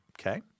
Okay